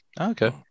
Okay